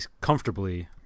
comfortably